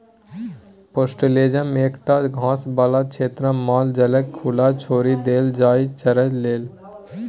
pastoralism मे एकटा घास बला क्षेत्रमे माल जालकेँ खुला छोरि देल जाइ छै चरय लेल